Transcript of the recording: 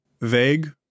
Vague